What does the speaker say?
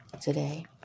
today